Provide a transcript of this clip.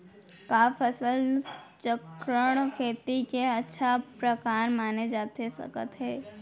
का फसल चक्रण, खेती के अच्छा प्रकार माने जाथे सकत हे?